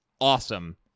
awesome